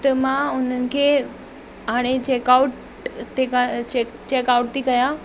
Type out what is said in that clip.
त मां उन्हनि खे हाणे चेकआउट ते चेकआउट थी कयां